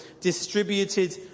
distributed